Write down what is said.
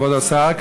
כבוד השר,